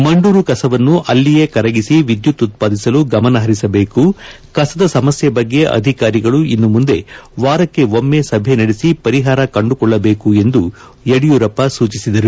ಮಂಡೂರು ಕಸವನ್ನು ಅಲ್ಲಿಯೇ ಕರಗಿಸಿ ವಿದ್ಯುತ್ ಉತ್ಪಾದಿಸಲು ಗಮನ ಪರಿಸಬೇಕು ಕಸದ ಸಮಸ್ಥೆ ಬಗ್ಗೆ ಅಧಿಕಾರಿಗಳು ಇನ್ನು ಮುಂದೆ ವಾರಕ್ಕೆ ಒಮ್ಮೆ ಸಭೆ ನಡೆಸಿ ಪರಿಹಾರ ಕಂಡುಕೊಳ್ಳಬೇಕು ಎಂದು ಯಡಿಯೂರಪ್ಪ ಸೂಚಿಸಿದರು